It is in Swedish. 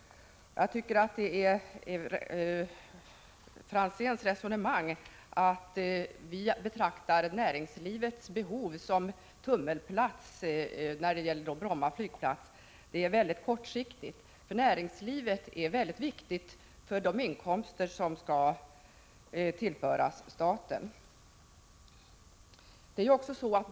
Jag tycker att Tommy Franzéns resonemang beträffande näringslivets behov av Bromma flygplats och att Bromma flygplats skulle vara en tummelplats för näringslivet är både fel och kortsiktigt. Näringslivet är nämligen mycket viktigt då det gäller att tillföra staten inkomster.